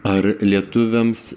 ar lietuviams